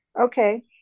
Okay